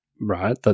right